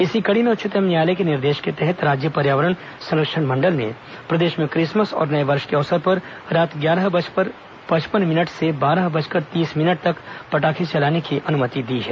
इसी कड़ी में उच्चतम न्यायालय के निर्देश के तहत राज्य पर्यावरण संरक्षण मंडल ने प्रदेश में क्रिसमस और नये वर्ष के अवसर पर रात ग्यारह बजकर पचपन मिनट से बारह बजकर तीस मिनट तक पटाखे चलाने की अनुमति दी है